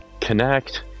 connect